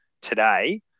today